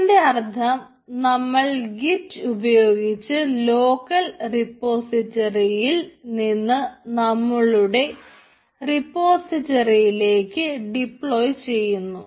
അതിൻറെ അർത്ഥം നമ്മൾ ഗിറ്റ് ഉപയോഗിച്ച് ലോക്കൽ റിപ്പോസിറ്ററിയിൽ നിന്ന് നമ്മളുടെ റിപ്പോസിറ്ററിയിലേക്ക് ഡിപ്ലോയ് ചെയ്യുന്നു